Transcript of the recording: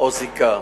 או זיקה